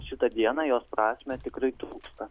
šitą dieną jos prasmę tikrai trūksta